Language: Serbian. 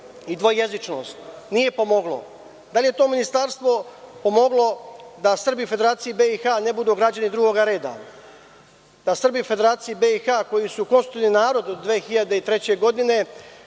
i dvojezičnost? Nije pomoglo. Da li je to ministarstvo pomoglo da Srbi u Federaciji BiH ne budu građani drugoga reda, da Srbi u Federaciji BiH, koji konstitutivni narod od 2003. godine,